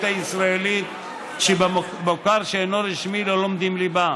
הישראלית הוא שבמוכר שאינו רשמי לא לומדים ליבה.